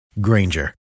Granger